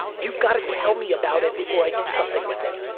you've got to tell me about it before i do something with it.